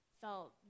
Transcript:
felt